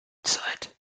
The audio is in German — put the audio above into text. zeit